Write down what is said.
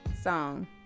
song